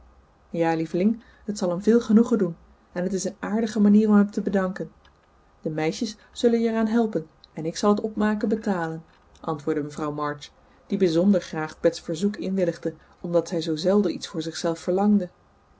ja lieveling het zal hem veel genoegen doen en t is een aardige manier om hem te bedanken de meisjes zullen er je aan helpen en ik zal het opmaken betalen antwoordde mevrouw march die bijzonder graag bets verzoek inwilligde omdat zij zoo zelden iets voor zichzelf verlangde